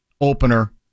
opener